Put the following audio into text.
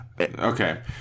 okay